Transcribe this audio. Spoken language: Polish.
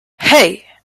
hej